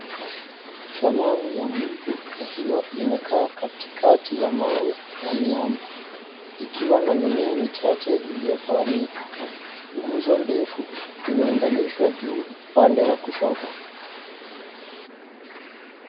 Sanamu ya Mungu ikiwa imekaa katikati ya mawe na miamba, ikiwa na mimea na michache iliyotawanyika, nguzo ndefu imeunganishwa juu upande wa kushoto.